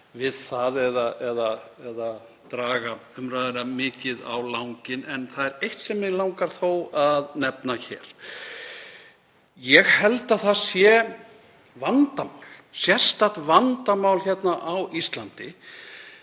við það eða draga umræðuna mikið á langinn. En það er eitt sem mig langar þó að nefna hér. Ég held að það sé sérstakt vandamál hér á Íslandi